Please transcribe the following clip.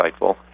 insightful